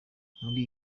muri